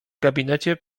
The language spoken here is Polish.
gabinecie